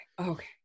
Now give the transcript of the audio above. okay